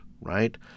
right